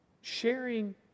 Sharing